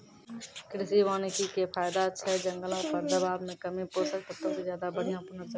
कृषि वानिकी के फायदा छै जंगलो पर दबाब मे कमी, पोषक तत्वो के ज्यादा बढ़िया पुनर्चक्रण